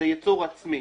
זה ייצור עצמי.